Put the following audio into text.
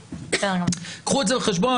קחו את זה בחשבון.